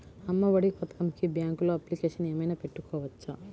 అమ్మ ఒడి పథకంకి బ్యాంకులో అప్లికేషన్ ఏమైనా పెట్టుకోవచ్చా?